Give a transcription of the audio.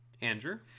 Andrew